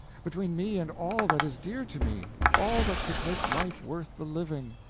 between me and all that is dear to me, all that could make life worth the living!